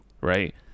right